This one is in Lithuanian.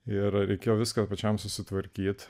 ir reikėjo viską pačiam susitvarkyti